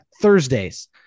Thursdays